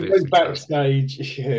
backstage